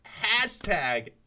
Hashtag